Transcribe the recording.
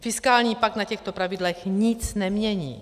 Fiskální pakt na těchto pravidlech nic nemění.